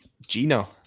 Gino